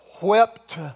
whipped